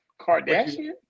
Kardashian